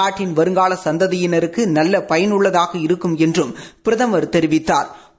நாட்டின் வருங்கால சந்ததியினருக்கு நல்ல பயனுள்ளதாக இருக்கும் என்றும் பிரதமா் தெரிவித்தாா்